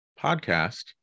podcast